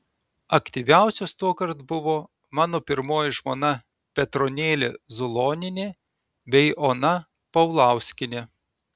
aktyviausios tuokart buvo mano pirmoji žmona petronėlė zulonienė bei ona paulauskienė